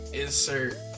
insert